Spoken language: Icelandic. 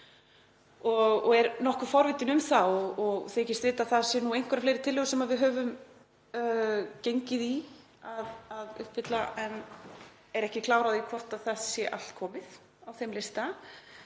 Ég er nokkuð forvitin um það og þykist vita að það séu einhverjar fleiri tillögur sem við höfum gengið í að uppfylla en er ekki klár á því hvort allt sé komið á þeim lista.